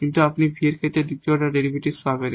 কিন্তু আপনি v এর ক্ষেত্রে দ্বিতীয় অর্ডার ডেরিভেটিভ পাবেন